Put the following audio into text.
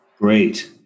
Great